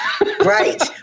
Right